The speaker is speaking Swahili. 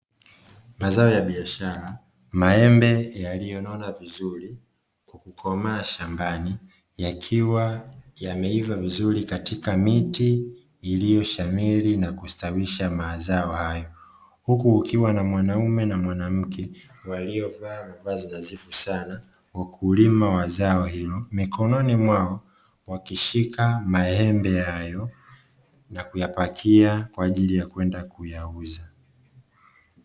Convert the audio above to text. Mazao ya biashara: maembe yaliyo nona vizuri kwa kukomaa shambani, yakiwa yameiva vizuri katika miti iliyoshamiri na kustawisha mazao hayo, huku kukiwa na mwanaume na mwanamke. waliovaa mavazi nadhifu sana wakulima wa zao hilo. Mikononi mwao wakishika maembe hayo na kuyapakia kwa ajili ya kwenda kuyauza.